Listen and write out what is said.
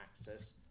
access